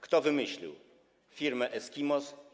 Kto wymyślił firmę Eskimos?